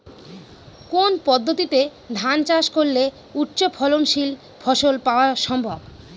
কোন পদ্ধতিতে ধান চাষ করলে উচ্চফলনশীল ফসল পাওয়া সম্ভব?